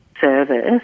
service